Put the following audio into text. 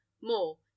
more